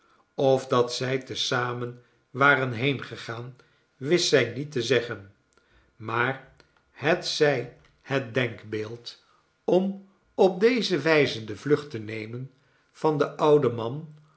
of dat zij te zamen waren heengegaan wist zij niet te zeggen maar hetzij het denkbeeld om op deze wijze de vlucht te nemen van den ouden man